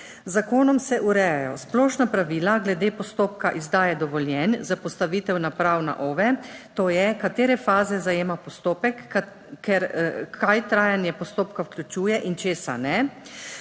zakonom se urejajo splošna pravila glede postopka izdaje dovoljenj za postavitev naprav na OVE, to je, katere faze zajema postopek, kaj trajanje postopka vključuje in česa ne,